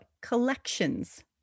Collections